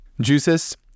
Juices